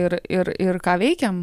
ir ir ir ką veikiam